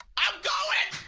i'm going